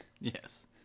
Yes